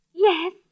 Yes